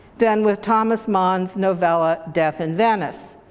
than with thomas mann's novella, death in venice.